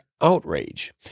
outrage